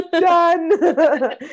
done